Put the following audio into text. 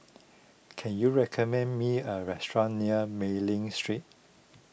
can you recommend me a restaurant near Mei Ling Street